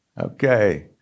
Okay